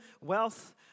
wealth